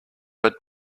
but